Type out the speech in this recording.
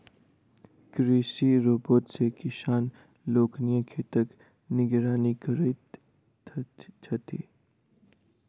कृषि रोबोट सॅ किसान लोकनि खेतक निगरानी करैत छथि